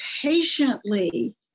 patiently